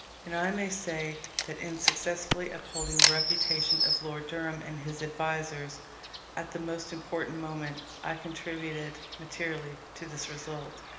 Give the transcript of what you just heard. and i may say that in successfully upholding the reputation of lord durham and his advisers at the most important moment, i contributed materially to this result.